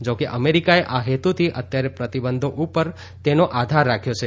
જોકે અમેરીકાએ આ હેતુથી અત્યારે પ્રતિબંધો ઉપર તેનો આધાર રાખ્યો છે